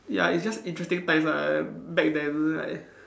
ya it's just interesting times lah back then like